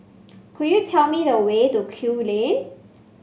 could you tell me the way to Kew Lane